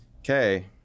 Okay